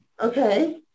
okay